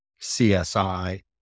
CSI